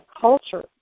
culture